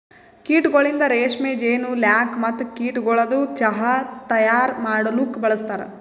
ಕೀಟಗೊಳಿಂದ್ ರೇಷ್ಮೆ, ಜೇನು, ಲ್ಯಾಕ್ ಮತ್ತ ಕೀಟಗೊಳದು ಚಾಹ್ ತೈಯಾರ್ ಮಾಡಲೂಕ್ ಬಳಸ್ತಾರ್